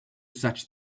such